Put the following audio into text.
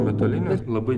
metalinės labai